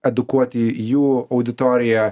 edukuoti jų auditoriją